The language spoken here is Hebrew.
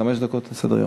חמש דקות להצעה לסדר-היום.